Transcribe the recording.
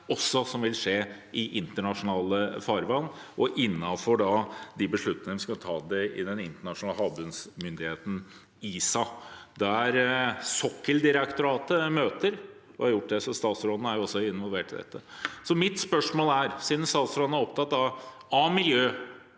hva som vil skje i internasjonalt farvann, og de beslutningene som skal tas i Den internasjonale havbunnsmyndigheten, ISA, der Sokkeldirektoratet møter, og har gjort det, så statsråden er jo også involvert i dette. Mitt spørsmål er: Siden statsråden er opptatt av miljø